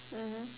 mmhmm